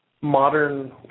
modern